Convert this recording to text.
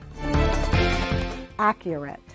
Accurate